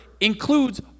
includes